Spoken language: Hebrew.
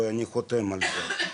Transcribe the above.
ואני חותם על זה,